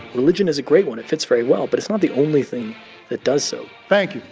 religion is a great one. it fits very well. but it's not the only thing that does so thank you.